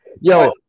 Yo